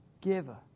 giver